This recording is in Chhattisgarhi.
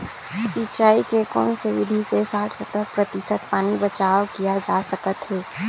सिंचाई के कोन से विधि से साठ सत्तर प्रतिशत पानी बचाव किया जा सकत हे?